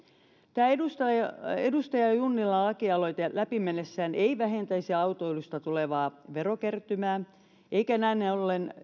tämä edustaja edustaja junnilan lakialoite läpi mennessään ei vähentäisi autoilusta tulevaa verokertymää eikä näin näin ollen